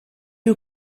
you